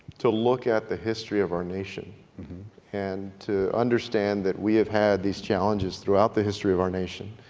to look at the history of our nation and to understand that we have had these challenges throughout the history of our nation,